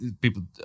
people